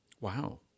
Wow